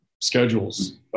schedules